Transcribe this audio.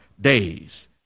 days